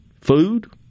food